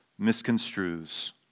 misconstrues